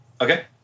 Okay